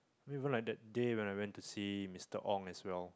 then even like that day when I went to see Mister Ong as well